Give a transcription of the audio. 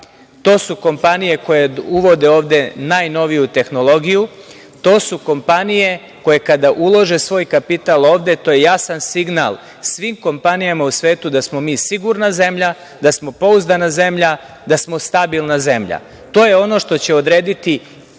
to su kompanije koje uvode ovde najnoviju tehnologiju, to su kompanije koje kada ulože svoj kapital ovde, to je jasan signal svim kompanijama u svetu da smo mi sigurna zemlja, da smo pouzdana zemlja, da smo stabilna zemlja. To je ono što će odrediti